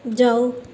ਜਾਓ